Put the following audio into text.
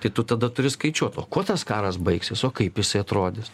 tai tu tada turi skaičiuot o kuo tas karas baigsis o kaip jisai atrodys